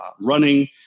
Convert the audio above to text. running